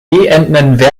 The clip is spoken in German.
endenden